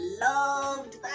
loved